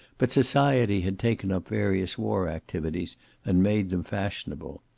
but society had taken up various war activities and made them fashionable.